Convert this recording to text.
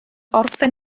orffen